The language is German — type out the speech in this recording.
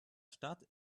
stadt